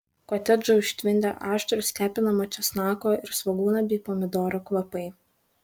kotedžą užtvindė aštrūs kepinamo česnako ir svogūno bei pomidoro kvapai